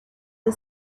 the